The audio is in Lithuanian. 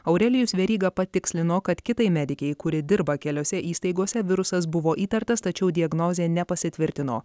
aurelijus veryga patikslino kad kitai medikei kuri dirba keliose įstaigose virusas buvo įtartas tačiau diagnozė nepasitvirtino